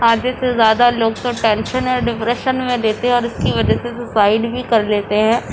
آدھے سے زیادہ لوگ تو ٹینشن اور ڈپریشن میں رہتے اور اس کی وجہ سے سوسائڈ بھی کر لیتے ہیں